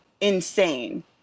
insane